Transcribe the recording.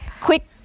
quick